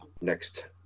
next